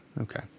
okay